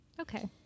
okay